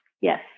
Yes